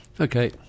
Okay